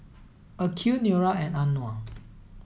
Aqil Nura and Anuar